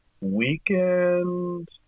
weekend